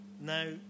Now